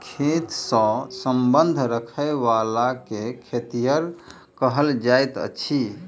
खेत सॅ संबंध राखयबला के खेतिहर कहल जाइत अछि